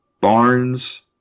Barnes